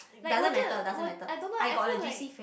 like 我觉得 I don't know I feel like